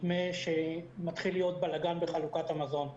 נדמה שמתחיל להיות בלגן בחלוקת המזון.